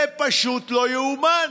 זה פשוט לא יאומן.